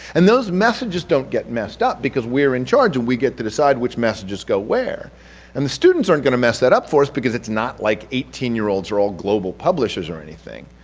and those message don't get messed up, because we're in charge and we get to decide which messages go where and the students aren't going to mess that up for us because it's not like eighteen year olds are all global publishers or anything,